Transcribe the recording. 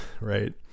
Right